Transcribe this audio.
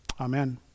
Amen